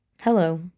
Hello